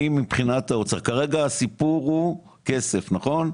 כרגע הסיפור הוא כסף, נכון?